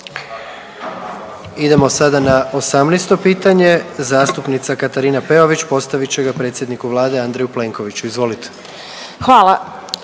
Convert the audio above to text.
Idemo sada na 18. pitanje, zastupnica Katarina Peović postavit će predsjedniku Vlade Andreju Plenkoviću, izvolite.